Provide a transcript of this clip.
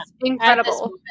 incredible